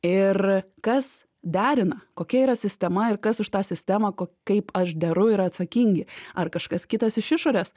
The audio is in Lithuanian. ir kas derina kokia yra sistema ir kas už tą sistemą ko kaip aš deru yra atsakingi ar kažkas kitas iš išorės